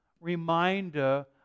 reminder